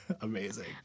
Amazing